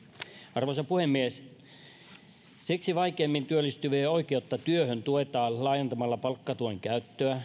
arvoisa puhemies siksi vaikeimmin työllistyvien oikeutta työhön tuetaan laajentamalla palkkatuen käyttöä